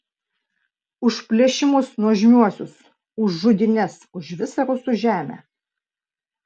už plėšimus nuožmiuosius už žudynes už visą rusų žemę